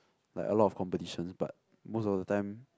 like a lot of competitions but most of the time